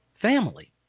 family